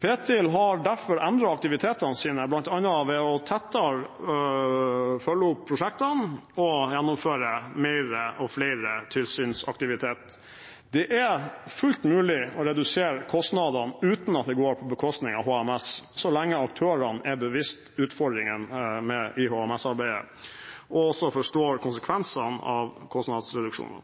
Ptil har derfor endret aktivitetene sine, bl.a. ved tettere å følge opp prosjektene og gjennomføre mer og flere tilsynsaktiviteter. Det er fullt mulig å redusere kostnadene uten at det går på bekostning av HMS, så lenge aktørene er bevisst utfordringen i HMS-arbeidet og også forstår konsekvensene av kostnadsreduksjonene.